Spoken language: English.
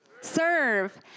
Serve